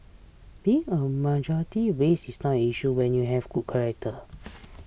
being a majority race is not an issue when you have good character